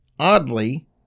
Oddly